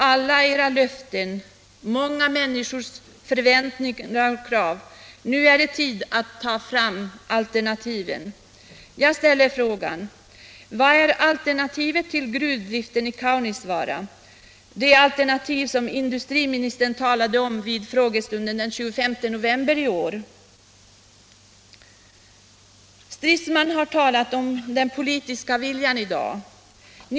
Alla era löften har väckt många människors förväntningar och krav. Nu är det tid att ta fram alternativen. Jag ställer frågan: Vad är ert alternativ till gruvdriften i Kaunisvaara, det alternativ som industriministern talade om vid frågestunden den 25 november i år? Herr Stridsman har talat om den politiska viljan i dag.